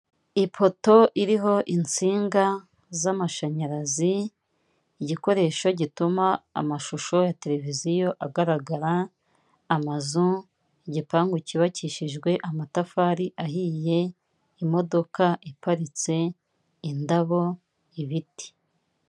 Ipoto iriho insinga z'amashanyarazi, igikoresho gituma amashusho ya televiziyo agaragara, amazu, igipangu cyubakishijwe amatafari ahiye, imodoka iparitse, indabo, ibiti.